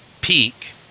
peak